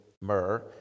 myrrh